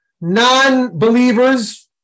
non-believers